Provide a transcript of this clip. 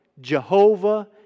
Jehovah